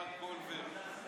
אני רוצה לומר, באמת,